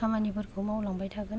खामानिफोरखौ मावलांबाय थागोन